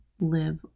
live